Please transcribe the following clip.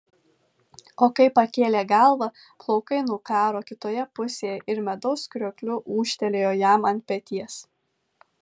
o kai pakėlė galvą plaukai nukaro kitoje pusėje ir medaus kriokliu ūžtelėjo jam ant peties